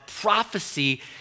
prophecy